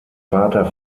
vater